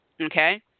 okay